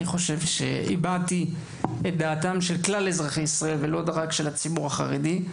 ואני חושב שהבעתי את דעתם של כלל אזרחי ישראל ולא רק של הציבור החרדי.